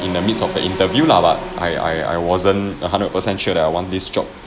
in the midst of the interview lah but I I I wasn't a hundred per cent sure that I want this job